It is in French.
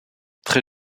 très